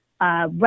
Right